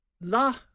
La